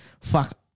fuck